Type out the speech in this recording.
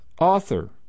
Author